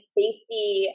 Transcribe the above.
safety